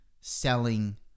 selling